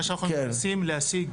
מה שאנחנו מנסים להשיג,